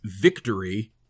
victory